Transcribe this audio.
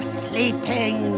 sleeping